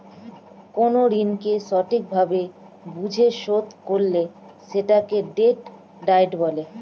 কোন ঋণকে সঠিক ভাবে বুঝে শোধ করলে সেটাকে ডেট ডায়েট বলে